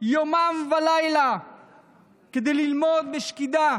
יומם ולילה כדי ללמוד בשקידה